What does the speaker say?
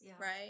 right